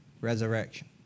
resurrection